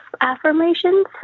affirmations